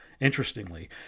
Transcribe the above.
Interestingly